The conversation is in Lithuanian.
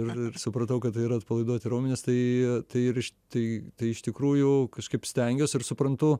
ir ir supratau kad tai yra atpalaiduoti raumenys tai tai ir iš tai tai iš tikrųjų kažkaip stengiuos ir suprantu